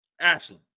Ashley